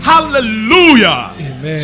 Hallelujah